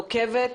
נוקבת,